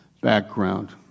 background